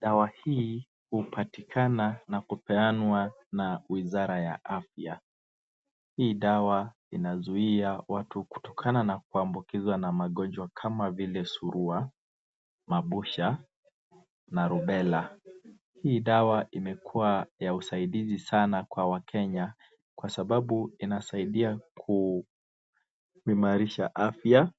Dawa hii hupatikana na kupeanwa na wizara ya afya. Hii dawa inazuia watu kutokana na kuambukizwa na magonjwa kama vile surua, mabusha na rubela. Hii dawa imekuwa na usaidizi sana kwa wakenya, kwa sababu inasaidia kuimarisha afya,